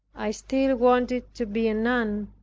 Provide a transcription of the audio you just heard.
i still wanted to be a nun,